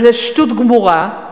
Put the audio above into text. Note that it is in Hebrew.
אבל זו שטות גמורה,